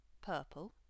purple